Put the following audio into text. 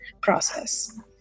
process